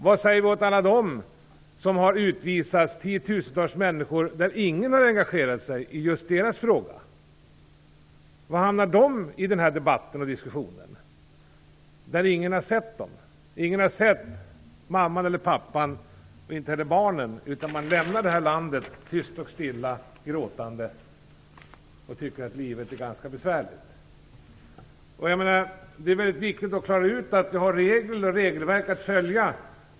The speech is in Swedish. Vad säger vi till alla de tiotusentals människor som ingen har engagerat sig i och som har utvisats? Var hamnar frågan om dessa människor i denna debatt och diskussion? Ingen har sett dem. Ingen har sett mamman eller pappan och inte heller barnen. De lämnar det här landet tyst och stilla. De gråter och tycker att livet är ganska besvärligt. Det är väldigt viktigt att klara ut att vi har regler och regelverk att följa.